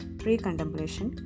pre-contemplation